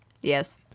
Yes